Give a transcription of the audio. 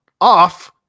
off